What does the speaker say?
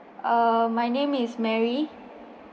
uh my name is mary